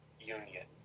union